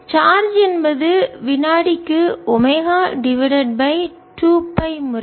charge என்பது வினாடிக்கு omega divided by 2 pi முறைக்கு செல்கிறது